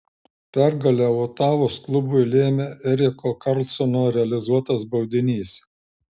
pergalę otavos klubui lėmė eriko karlsono realizuotas baudinys